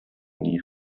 nie